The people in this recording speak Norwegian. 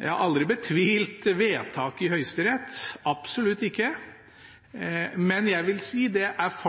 Jeg har aldri betvilt vedtaket i Høyesterett – absolutt ikke – men jeg vil si at